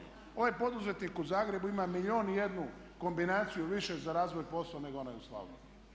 Ovaj poduzetnik u Zagrebu ima milijun i jednu kombinaciju više za razvoj posla nego onaj u Slavoniji.